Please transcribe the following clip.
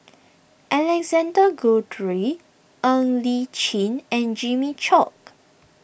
Alexander Guthrie Ng Li Chin and Jimmy Chok